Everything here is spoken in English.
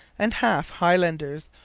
and half highlanders,